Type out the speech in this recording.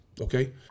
Okay